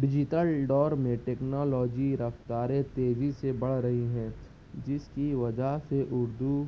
digital دور میں technology رفتاریں تیزی سے بڑھ رہی ہیں جس کی وجہ سے اردو